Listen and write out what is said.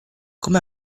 come